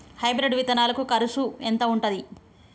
Hybrid విత్తనాలకి కరుసు ఎంత ఉంటది?